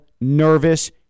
nervous